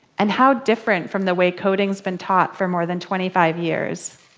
and how different from the way coding's been taught for more than twenty five years?